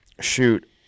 Shoot